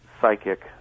psychic